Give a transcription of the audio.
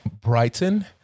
Brighton